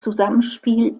zusammenspiel